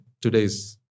today's